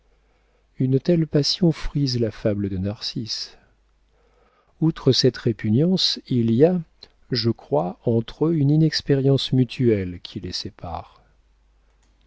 une telle passion frise la fable de narcisse outre cette répugnance il y a je crois entre eux une inexpérience mutuelle qui les sépare